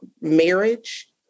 marriage